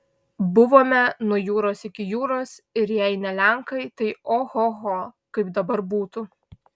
buvome nuo jūros iki jūros ir jei ne lenkai tai ohoho kaip dabar būtų